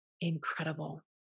incredible